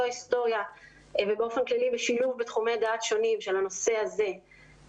ההיסטוריה ובאופן כללי בשילוב בתחומי דעת שונים של הנושא הזה,